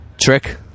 trick